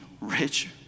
rich